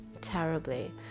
terribly